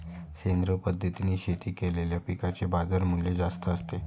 सेंद्रिय पद्धतीने शेती केलेल्या पिकांचे बाजारमूल्य जास्त असते